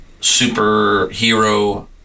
superhero